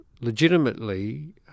legitimately